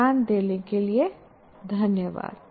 ध्यान देने के लिये धन्यवाद